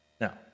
Now